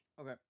Okay